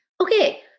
Okay